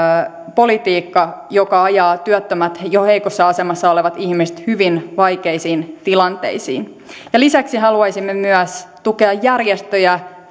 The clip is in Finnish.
politiikka joka ajaa työttömät jo heikossa asemassa olevat ihmiset hyvin vaikeisiin tilanteisiin lisäksi haluaisimme myös tukea järjestöjä